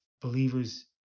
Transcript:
believers